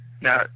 Now